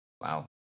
Wow